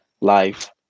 life